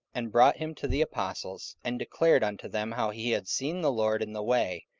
and brought him to the apostles, and declared unto them how he had seen the lord in the way,